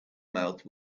mouth